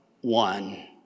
one